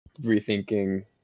rethinking